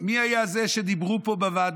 מי היו אלה שדיברו פה בוועדות?